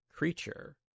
Creature